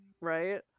right